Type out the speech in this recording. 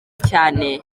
cyane